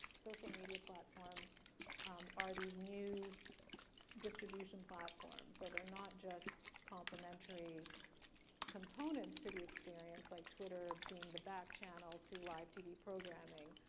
social media platforms are these new distribution platforms, so they're not just complimentary components to the experience, like twitter being the back channel to live tv programming.